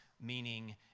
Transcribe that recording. meaning